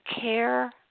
care